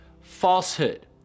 falsehood